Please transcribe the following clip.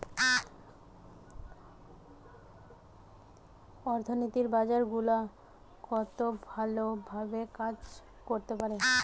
অর্থনীতির বাজার গুলা কত ভালো ভাবে কাজ করতে পারে